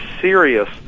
serious